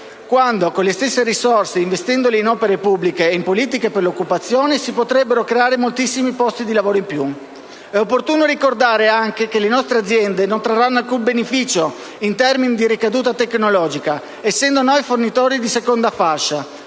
quando, con le stesse risorse, investendole in opere pubbliche e in politiche per l'occupazione, si potrebbero creare moltissimi posti di lavoro in più. È altresì opportuno ricordare che le nostre aziende non trarranno alcun beneficio in termini di ricaduta tecnologica, essendo noi fornitori di seconda fascia.